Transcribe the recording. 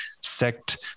sect